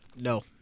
No